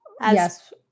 yes